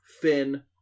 Finn